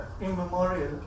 immemorial